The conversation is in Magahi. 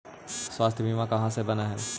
स्वास्थ्य बीमा कहा से बना है?